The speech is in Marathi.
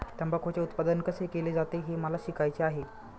तंबाखूचे उत्पादन कसे केले जाते हे मला शिकायचे आहे